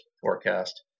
Forecast